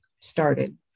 started